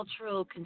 cultural